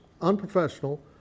unprofessional